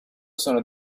sono